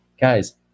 Guys